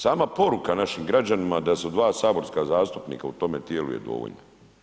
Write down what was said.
Sama poruka našim građanima da su dva saborska zastupnika u tome tijelu je dovoljna.